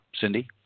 Cindy